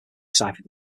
cipher